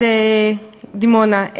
דימונה,